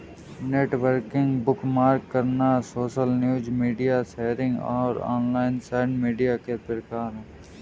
networking, bookmark करना, social news, media sharing और online site media के प्रकार हैं